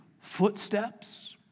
footsteps